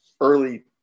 early